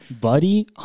Buddy